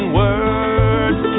words